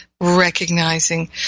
recognizing